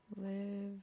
Live